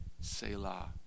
Selah